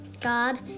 God